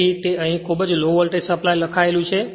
તેથી તે અહીં ખૂબ જ લો વોલ્ટેજ સપ્લાય લખાયેલું છે